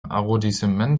arrondissement